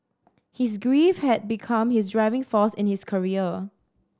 his grief had become his driving force in his career